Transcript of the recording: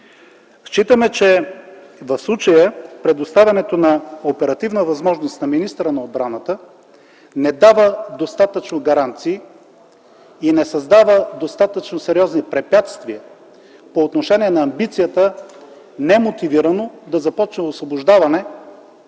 Считаме, че в случая предоставянето на оперативна възможност на министъра на отбраната не дава достатъчно гаранции и не създава достатъчно сериозни препятствия по отношение амбицията немотивирано да започне освобождаване